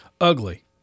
Ugly